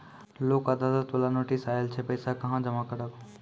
लोक अदालत बाला नोटिस आयल छै पैसा कहां जमा करबऽ?